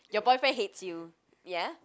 your boyfriend hates you ya